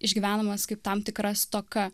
išgyvenamas kaip tam tikra stoka